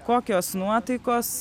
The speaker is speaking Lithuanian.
kokios nuotaikos